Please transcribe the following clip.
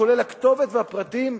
כולל הכתובת והפרטים,